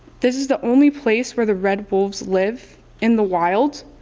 this is the only place where the red wolves live in the wild.